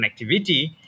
connectivity